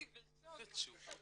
אני בשוק.